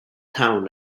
town